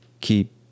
Keep